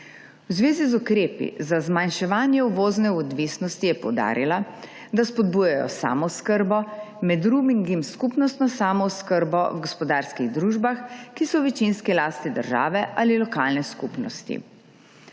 V zvezi z ukrepi za zmanjševanje uvozne odvisnosti je poudarila, da spodbujajo samooskrbo, med drugim skupnostno samooskrbo v gospodarskih družbah, ki so v večinski lasti države ali lokalne skupnosti.